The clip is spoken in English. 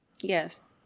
Yes